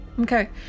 Okay